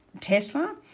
Tesla